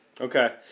Okay